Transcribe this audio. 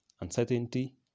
uncertainty